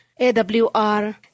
AWR